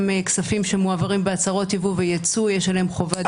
גם כספים שמועברים בהצהרות יבוא ויצוא יש עליהם חובת דיווח.